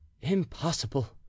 Impossible